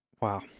Wow